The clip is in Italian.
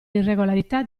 irregolarità